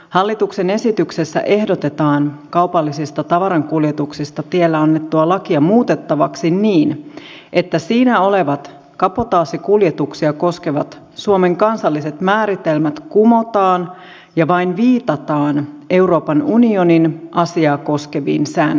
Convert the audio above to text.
hallituksen esityksessä ehdotetaan kaupallisista tavarankuljetuksista tiellä annettua lakia muutettavaksi niin että siinä olevat kabotaasikuljetuksia koskevat suomen kansalliset määritelmät kumotaan ja vain viitataan euroopan unionin asiaa koskeviin säännöksiin